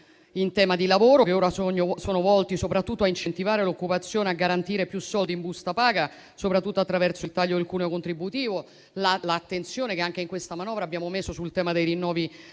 in tema di lavoro, che ora sono volti soprattutto a incentivare l'occupazione e a garantire più soldi in busta paga, soprattutto attraverso il taglio del cuneo contributivo. Penso all'attenzione che anche in questa manovra economica abbiamo messo sul tema dei rinnovi contrattuali.